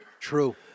True